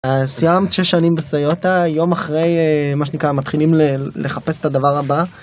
סיימת שש שנים בסיוטה, יום אחרי, מה שנקרא, מתחילים לחפש את הדבר הבא.